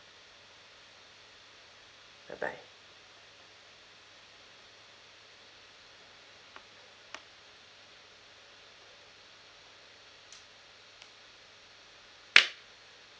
bye bye